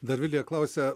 dar vilija klausia